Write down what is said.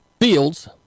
fields